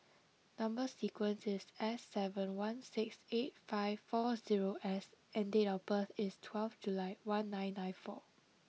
number sequence is S seven one six eight five four zero S and date of birth is twelve July one nine nine four